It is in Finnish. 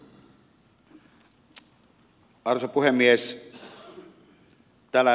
arvoisa puhemies